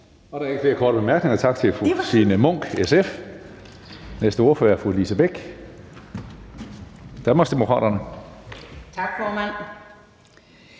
Der er ikke flere korte bemærkninger. Tak til fru Signe Munk, SF. Næste ordfører er Lise Bech, Danmarksdemokraterne. Kl.